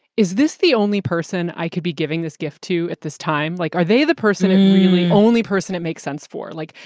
is this the only person i could be giving this gift to at this time? like, are they the person and really only person it makes sense for? like,